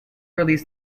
released